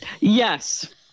Yes